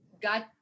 got